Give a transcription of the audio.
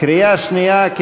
בקריאה שנייה.